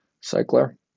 Cycler